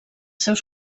seus